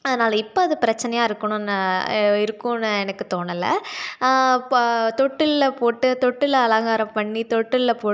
அதனால் இப்போ அது பிரச்சனையாக இருக்கணுன்னு இருக்குன்னு எனக்கு தோனலை ப தொட்டிலில் போட்டு தொட்டிலில் அலங்காரம் பண்ணி தொட்டிலில் போட்டு